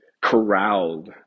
corralled